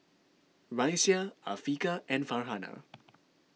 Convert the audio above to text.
Raisya Afiqah and Farhanah